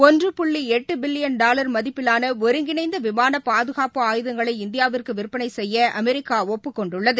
ஒன்று புள்ளிஎட்டுபில்லியன் டாலர் மதிப்பிலானஒருங்கிணைந்தவிமானபாதுகாப்பு ஆயுதங்களை இந்தியாவிற்குவிற்பனைசெய்ய அமெரிக்காஒப்புக் கொண்டுள்ளது